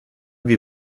wie